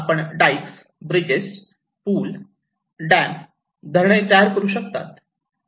आपण dykes bridges पूल dam धरणे तयार करू शकता